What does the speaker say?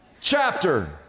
chapter